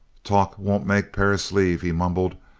talk wouldn't make perris leave, he mumbled.